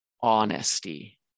honesty